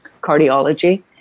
cardiology